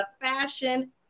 fashion